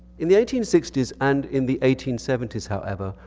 in the eighteen sixty s and in the eighteen seventy s, however,